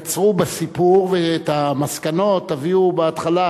תקצרו בסיפור ואת המסקנות תביאו בהתחלה